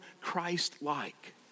Christ-like